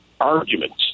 arguments